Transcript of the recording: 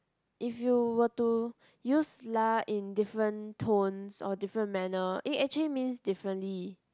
if you were to use lah in different tones or different manner it actually means differently